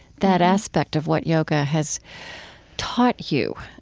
that aspect of what yoga has taught you